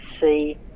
see